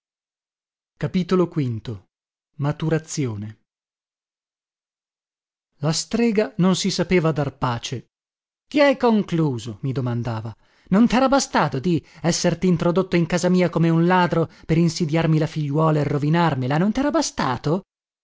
pescatore v maturazione la strega non si sapeva dar pace che hai concluso mi domandava non tera bastato di esserti introdotto in casa mia come un ladro per insidiarmi la figliuola e rovinarmela non tera bastato